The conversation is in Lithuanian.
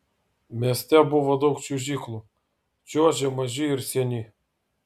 mieste buvo daug čiuožyklų čiuožė maži ir seni